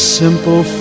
simple